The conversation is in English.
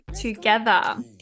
together